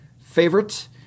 favorite